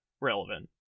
relevant